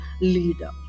leader